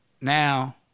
now